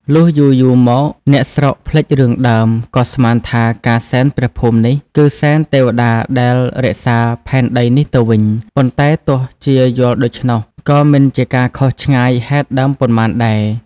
លុះយូរៗ មក អ្នកស្រុកភ្លេចរឿងដើម ក៏ស្មានថា ការសែន ព្រះភូមិនេះ គឺសែនទេវតាដែលរក្សាផែនដីនេះទៅវិញ ប៉ុន្តែទោះជាយល់ដូច្នោះ ក៏មិនជាការខុសឆ្ងាយហេតុដើមប៉ុន្មានដែរ ។